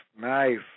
nice